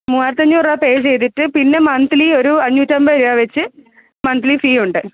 മുവായിരത്തഞ്ഞൂറ് രൂപ പേ ചെയ്തിട്ട് പിന്നെ മന്ത്ലീ ഒരു അഞ്ഞൂറ്റൻപത് രൂപ വെച്ച് മന്ത്ലി ഫീ ഉണ്ട്